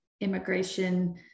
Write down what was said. immigration